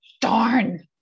darn